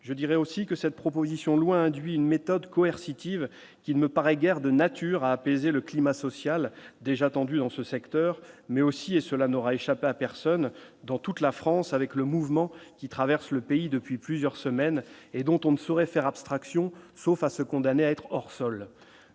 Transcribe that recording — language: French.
je dirais aussi que cette proposition loin induit une méthode Coué City veut qui ne me paraît guère de nature à apaiser le climat social déjà tendu dans ce secteur, mais aussi, et cela n'aura échappé à personne dans toute la France avec le mouvement qui traverse le pays depuis plusieurs semaines et dont on ne saurait faire abstraction, sauf à se condamner à être hors sol